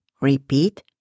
Repeat